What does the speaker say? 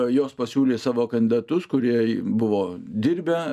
jos pasiūlė savo kandidatus kurie buvo dirbę